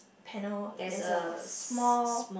panel there's a small